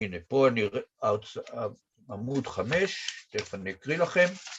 ‫הנה, פה אני... ‫עמוד חמש, תכף אני אקריא לכם.